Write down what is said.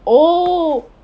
oh